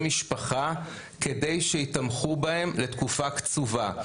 משפחה כדי שייתמכו בהם לתקופה קצובה.